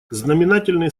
знаменательные